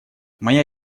моя